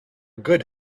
good